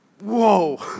Whoa